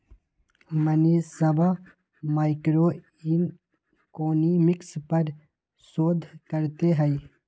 मनीषवा मैक्रोइकॉनॉमिक्स पर शोध करते हई